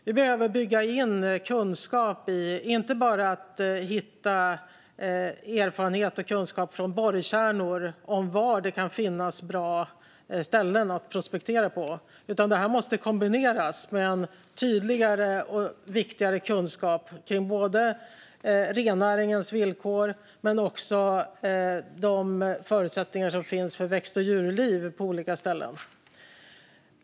Vi behöver inte bara hitta erfarenhet och kunskap från borrkärnor om var det kan finnas bra ställen att prospektera på, utan det här måste kombineras med en tydligare och viktigare kunskap om rennäringens villkor och de förutsättningar som finns för växt och djurliv på olika ställen.